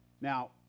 Now